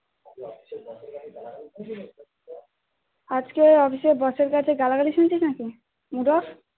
আজকে অফিসে বসের কাছে গালাগালি শুনেছিস নাকি মুড অফ